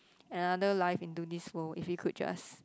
another life into this world if you could just